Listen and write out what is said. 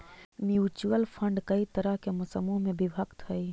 mutual fund कई तरह के समूह में विभक्त हई